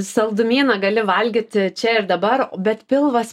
saldumyną gali valgyti čia ir dabar bet pilvas